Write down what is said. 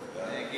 (1)